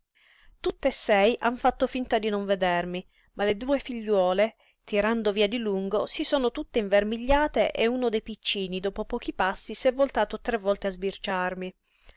tutt'e sei han fatto finta di non vedermi ma le due figliuole tirando via di lungo si sono tutte invermigliate e uno dei piccini dopo pochi passi s'è voltato tre volte a sbirciarmi